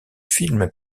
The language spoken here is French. film